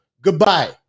Goodbye